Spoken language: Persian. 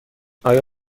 آیا